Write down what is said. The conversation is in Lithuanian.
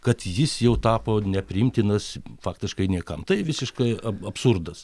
kad jis jau tapo nepriimtinas faktiškai niekam tai visiškai absurdas